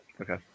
okay